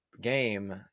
game